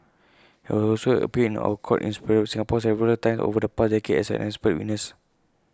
he had also appeared or court in Singapore several times over the past decade as an expert witness